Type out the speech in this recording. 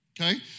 okay